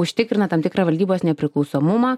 užtikrina tam tikrą valdybos nepriklausomumą